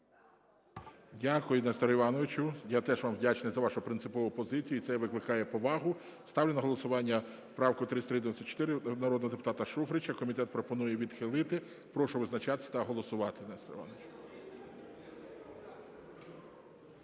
Дякую, Несторе Івановичу. Я теж вам вдячний за вашу принципову позицію. І це викликає повагу. Ставлю на голосування правку 3394 народного депутата Шуфрича. Комітет пропонує відхилити. Прошу визначатись та голосувати. Нестор Іванович.